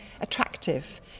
attractive